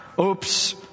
Oops